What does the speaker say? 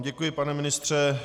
Děkuji vám, pane ministře.